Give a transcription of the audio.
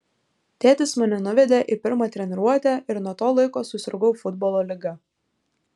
tėtis mane nuvedė į pirmą treniruotę ir nuo to laiko susirgau futbolo liga